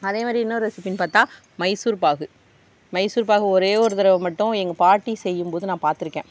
அதே மாதிரி இன்னொரு ரெஸிப்பீன்னு பார்த்தா மைசூர் பாகு மைசூர் பாகு ஒரே ஒரு தரவ மட்டும் எங்கள் பாட்டி செய்யும்போது நான் பார்த்ருக்கேன்